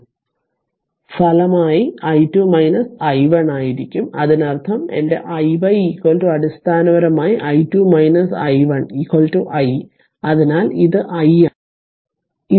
അതിനാൽ ഫലമായി i2 i1 ആയിരിക്കും അതിനർത്ഥം എന്റെ i y അടിസ്ഥാനപരമായി i2 i1 i അതിനാൽ ഇത് i ആണ്